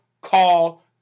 call